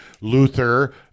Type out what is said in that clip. Luther